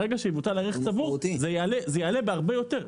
ברגע שיבוטל הערך הצבור זה יעלה הרבה יותר.